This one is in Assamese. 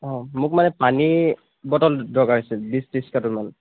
অঁ মোক মানে পানীৰ বটল দৰকাৰ হৈছিল বিছ ত্ৰিছ কাৰ্টুনমান